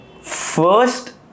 First